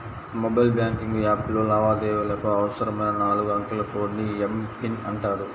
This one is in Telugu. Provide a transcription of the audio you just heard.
మొబైల్ బ్యాంకింగ్ యాప్లో లావాదేవీలకు అవసరమైన నాలుగు అంకెల కోడ్ ని ఎమ్.పిన్ అంటారు